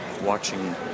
watching